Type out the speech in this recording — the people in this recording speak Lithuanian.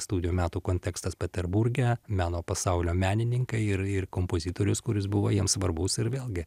studijų metų kontekstas peterburge meno pasaulio menininkai ir ir kompozitorius kuris buvo jiems svarbus ir vėlgi